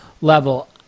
level